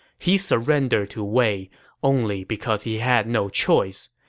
he surrendered to wei only because he had no choice.